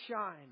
shine